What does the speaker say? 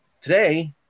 Today